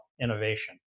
innovation